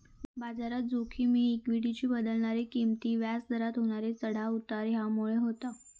बाजारात जोखिम ही इक्वीटीचे बदलणारे किंमती, व्याज दरात होणारे चढाव उतार ह्यामुळे होता